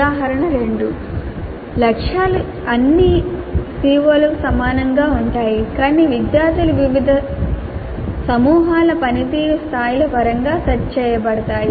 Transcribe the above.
ఉదాహరణ 2 లక్ష్యాలు అన్ని CO లకు సమానంగా ఉంటాయి కానీ విద్యార్థుల వివిధ సమూహాల పనితీరు స్థాయిల పరంగా సెట్ చేయబడతాయి